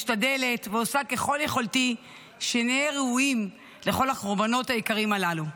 משתדלת ועושה ככל יכולתי שנהיה ראויים לכל הקורבנות היקרים הללו.